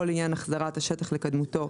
או לעניין החזרת השטח לקדמותו,